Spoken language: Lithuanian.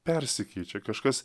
persikeičia kažkas